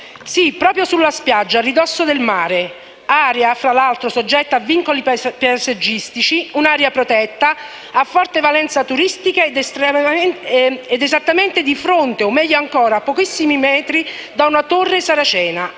sì, proprio sulla spiaggia a ridosso del mare, area fra l'altro soggetta a vincoli paesaggistici. Si tratta di un'area protetta a forte valenza turistica ed esattamente di fronte o, meglio ancora, a pochissimi metri da una torre saracena